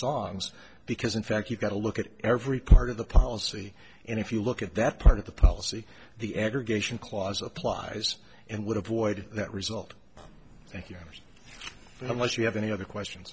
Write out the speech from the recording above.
songs because in fact you've got to look at every card of the policy and if you look at that part of the policy the aggregation clause applies and would avoid that result thank you so much you have any other questions